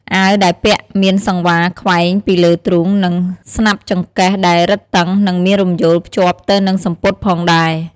អាវដែលពាក់មានសង្វារខ្វែងពីរលើទ្រូង និងស្នាប់ចង្កេះដែលរឹតតឹង និងមានរំយោលភ្ជាប់ទៅនឹងសំពត់ផងដែរ។